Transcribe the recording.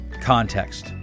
context